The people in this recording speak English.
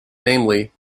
namely